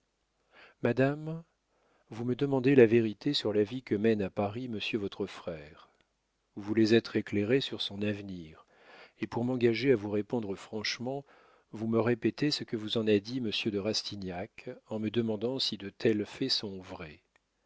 madame vous me demandez la vérité sur la vie que mène à paris monsieur votre frère vous voulez être éclairée sur son avenir et pour m'engager à vous répondre franchement vous me répétez ce que vous en a dit monsieur de rastignac en me demandant si de tels faits sont vrais